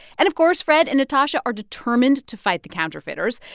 and of course, fred and natasha are determined to fight the counterfeiters.